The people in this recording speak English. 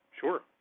Sure